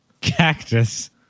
cactus